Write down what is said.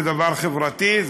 זה דבר חברתי,